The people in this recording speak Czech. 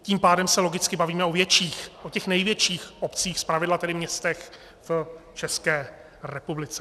Tím pádem se logicky bavíme o větších, o těch největších obcích, zpravidla tedy městech v České republice.